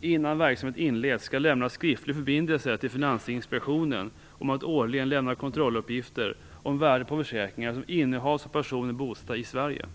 innan verksamheten inleds skall lämna skriftlig förbindelse till Finansinspektionen om att årligen lämna kontrolluppgifter om värde på försäkringar som innehas av personer bosatta i Sverige.